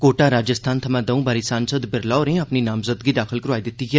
कोटा राजस्थान थमां दौं बारी सांसद बिरला होरें अपनी नामज़दगी दाखल करोआई दित्ती दी ऐ